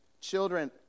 Children